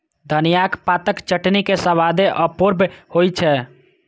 धनियाक पातक चटनी के स्वादे अपूर्व होइ छै